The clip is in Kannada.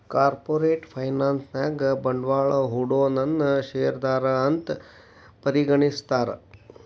ಕಾರ್ಪೊರೇಟ್ ಫೈನಾನ್ಸ್ ನ್ಯಾಗ ಬಂಡ್ವಾಳಾ ಹೂಡೊನನ್ನ ಶೇರ್ದಾರಾ ಅಂತ್ ಪರಿಗಣಿಸ್ತಾರ